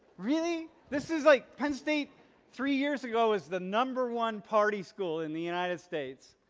really? this is like penn state three years ago is the number one party school in the united states.